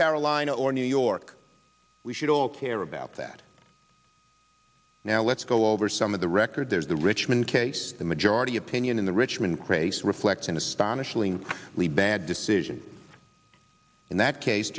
carolina or new york we should all care about that now let's go over some of the record there is the richmond case the majority opinion in the richmond crace reflecting the spanish ling lee bad decision in that case